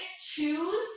choose